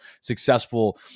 successful